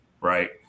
right